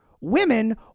women